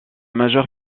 majeure